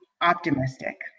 optimistic